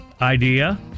idea